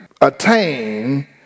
attain